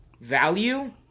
value